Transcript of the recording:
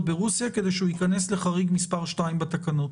ברוסיה כדי שהוא ייכנס לחריג השני בתקנות.